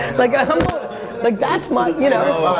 like like that's my, you know.